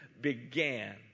began